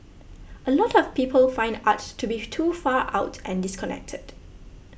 a lot of people find art to be too far out and disconnected